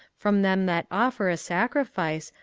from them that offer a sacrifice,